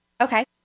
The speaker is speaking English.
Okay